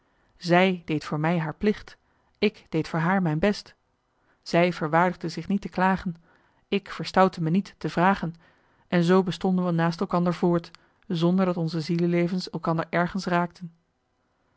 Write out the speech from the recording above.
zij deed voor mij haar plicht ik deed voor haar mijn best zij verwaardigde zich niet te klagen ik verstoutte me niet te vragen en zoo bestonden we naast elkander voort zonder dat onze zielelevens elkander ergens raakten